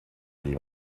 ell